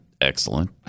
Excellent